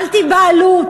אל תיבהלו,